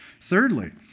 Thirdly